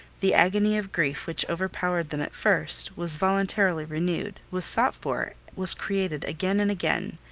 the agony of grief which overpowered them at first, was voluntarily renewed, was sought for, was created again and again.